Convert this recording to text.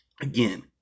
Again